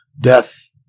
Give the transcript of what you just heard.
death